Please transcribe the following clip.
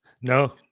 No